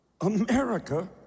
America